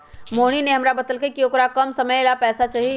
मोहिनी ने हमरा बतल कई कि औकरा कम समय ला पैसे चहि